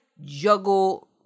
juggle